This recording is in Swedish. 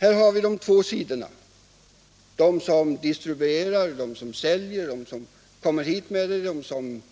Här har vi de två sidorna: å ena sidan de som distribuerar varan, de som säljer, de som kommer hit med den, de som